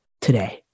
today